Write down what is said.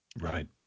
Right